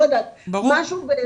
משהו.